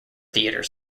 theatre